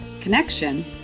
connection